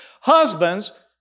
Husbands